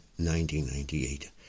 1998